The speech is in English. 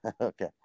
okay